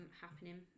happening